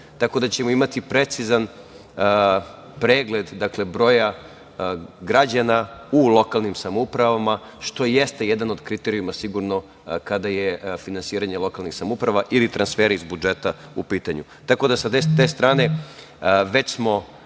tako da ćemo imati precizan pregled broja građana u lokalnim samoupravama, što jeste jedan od kriterijuma sigurno kada su finansiranje lokalnih samouprava ili transferi iz budžeta u pitanju. Tako da, sa te strane već smo